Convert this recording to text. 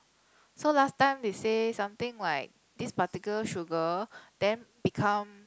so last time they say something like this particular sugar then become